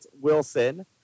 Wilson